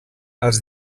els